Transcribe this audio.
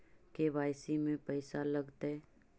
KYC में पैसा लगतै?